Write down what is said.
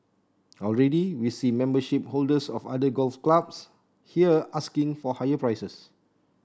already we see membership holders of other golf clubs here asking for higher prices